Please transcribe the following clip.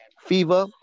fever